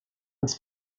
this